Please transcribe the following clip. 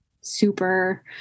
super